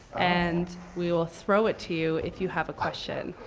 and we will throw it to you if you have a question.